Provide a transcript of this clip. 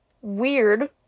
weird